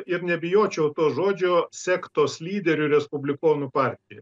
ir nebijočiau to žodžio sektos lyderiu respublikonų partija